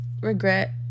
regret